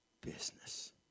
business